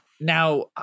now